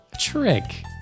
trick